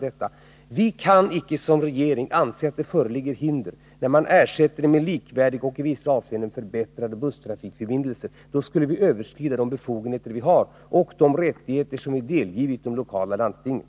Regeringen kan icke se att det föreligger något hinder, när man ersätter trafiken med likvärdiga och i vissa avseenden förbättrade trafikförbindelser med buss. Vi skulle i annat fall överskrida de befogenheter vi har och de rättigheter som vi givit de lokala landstingen.